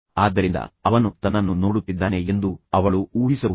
ಆದ್ದರಿಂದ ಅವನು ತನ್ನನ್ನು ನೋಡುತ್ತಿದ್ದಾನೆ ಎಂದು ಅವಳು ಊಹಿಸಬಹುದು